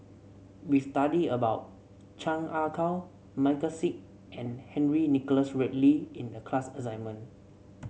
we studied about Chan Ah Kow Michael Seet and Henry Nicholas Ridley in the class assignment